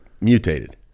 mutated